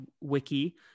wiki